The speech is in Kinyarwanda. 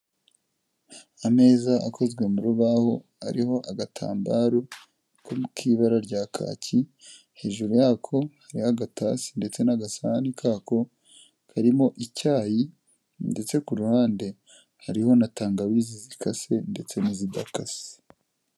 Ameza akozwe mu rubaho ariho agatambaro k'ibara rya kaki, hejuru y'ako hariho agatasi ndetse n'agasahani kako karimo icyayi ndetse ku ruhande hariho na tangawizi zikase ndetse n'izidakase.